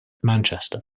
manchester